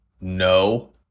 No